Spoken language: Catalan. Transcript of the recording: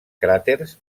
cràters